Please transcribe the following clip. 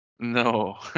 No